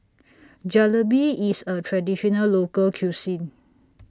Jalebi IS A Traditional Local Cuisine